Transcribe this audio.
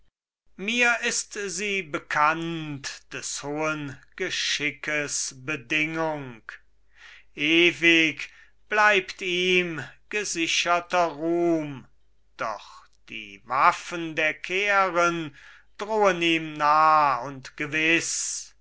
mir ist sie bekannt des hohen geschickes bedingung ewig bleibt ihm gesicherter ruhm doch die waffen der keren drohen ihm nah und gewiß